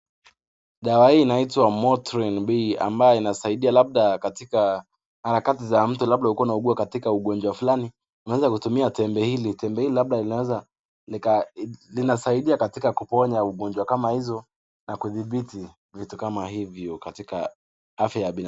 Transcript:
Dawa hii inaitwa Motrin B , ambaye inasaidia labda katika harakati za mtu labda ulikuwa unaugua katika ugonjwa fulani, unaweza kutumia tembe hili. Tembe hili labda linaweza likasaidia katika kuponya ugonjwa kama hizo na kudhibiti vitu kama hivyo katika afya ya binadamu.